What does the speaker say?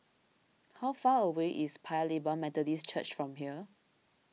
how far away is Paya Lebar Methodist Church from here